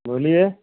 बोलिये